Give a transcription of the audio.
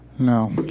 No